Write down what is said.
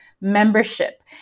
membership